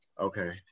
Okay